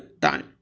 time